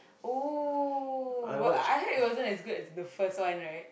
oh but I heard it wasn't as good as the first one right